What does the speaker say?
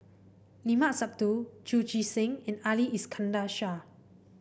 Limat Sabtu Chu Chee Seng and Ali Iskandar Shah